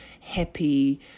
happy